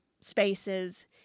spaces